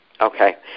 Okay